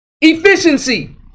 Efficiency